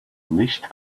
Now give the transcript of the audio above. least